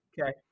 Okay